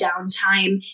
downtime